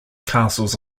castles